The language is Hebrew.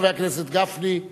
חבר הכנסת גפני,